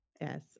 Yes